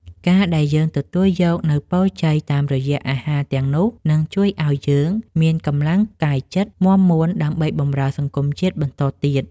ការដែលយើងទទួលយកនូវពរជ័យតាមរយៈអាហារទាំងនោះ នឹងជួយឱ្យយើងមានកម្លាំងកាយចិត្តមាំមួនដើម្បីបម្រើសង្គមជាតិបន្តទៀត។